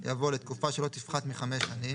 יבוא "לתקופה שלא תפחת מחמש שנים",